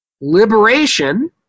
liberation